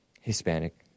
Hispanic